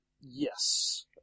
Yes